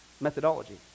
methodology